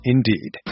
Indeed